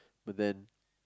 but then